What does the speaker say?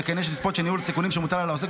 שכן יש לצפות שניהול הסיכונים שמוטל על העוסק